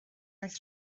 roedd